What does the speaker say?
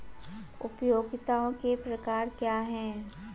उपयोगिताओं के प्रकार क्या हैं?